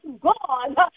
God